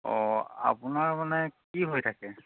অঁ আপোনাৰ মানে কি হৈ থাকে